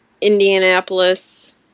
Indianapolis